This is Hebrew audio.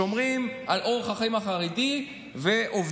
שומרים על אורח החיים החרדי ועובדים,